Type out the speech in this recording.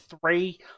three